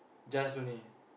just only